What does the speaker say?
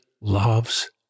loves